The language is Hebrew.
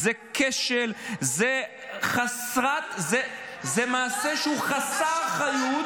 זה כשל, זה מעשה שהוא חסר אחריות.